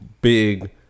big